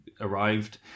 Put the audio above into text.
arrived